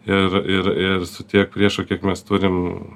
ir ir ir su tiek priešų kiek mes turim